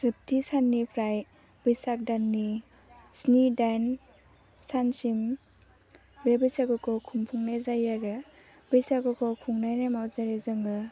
जोबथि साननिफ्राय बैसाग दाननि स्नि दाइन सानसिम बे बैसागुखौ खुंफुंनाय जायो आरो बैसागुखौ खुंनाय नेमाव जेरै जोङो